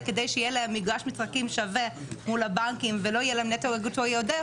כדי שיהיה להם מגרש שווה מול הבנקים ולא יהיה לה נטל רגולטורי עודף,